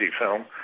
film